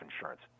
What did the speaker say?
insurance